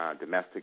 domestic